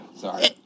Sorry